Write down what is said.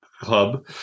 Club